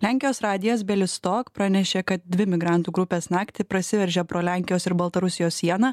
lenkijos radijas belistok pranešė kad dvi migrantų grupės naktį prasiveržė pro lenkijos ir baltarusijos sieną